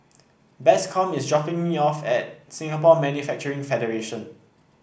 Bascom is dropping me off at Singapore Manufacturing Federation